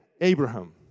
Abraham